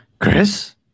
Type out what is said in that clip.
Chris